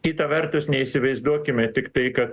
kitą vertus neįsivaizduokime tiktai kad